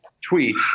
tweet